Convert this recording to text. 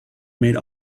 made